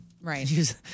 Right